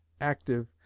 active